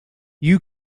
you